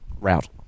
Route